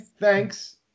Thanks